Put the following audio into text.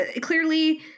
Clearly